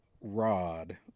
rod